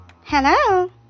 Hello